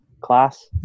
class